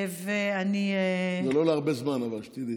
זה לא להרבה זמן, אבל, שתדעי.